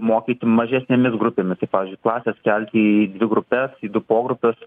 mokyti mažesnėmis grupėmis tai pavyzdžiui klases skelti į dvi grupes į du pogrupius